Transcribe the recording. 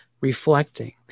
reflecting